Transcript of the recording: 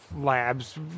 labs